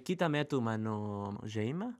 kitą metu mano šeima